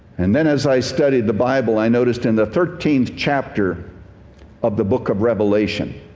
and then as i studied the bible i noticed in the thirteenth chapter of the book of revelation,